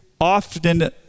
often